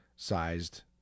sized